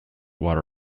water